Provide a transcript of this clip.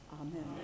Amen